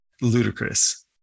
Ludicrous